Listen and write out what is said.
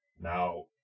now